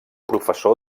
professor